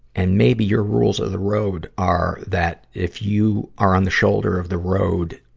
and maybe your rules of the road are that if you are on the shoulder of the road,